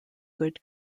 good